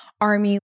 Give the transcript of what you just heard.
army